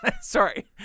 sorry